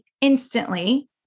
instantly